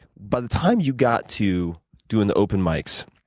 by the time you got to doing the open mikes,